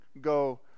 go